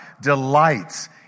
delights